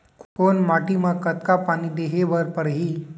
कोन माटी म कतका पानी देहे बर परहि?